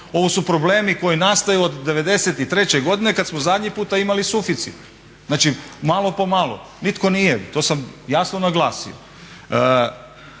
ovo su problemi koji nastaju od '93.godine kada smo zadnji puta imali suficit. Znači malo po malo, nitko nije to sam jasno naglasio.